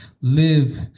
live